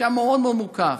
שהיה מאוד מאוד מורכב.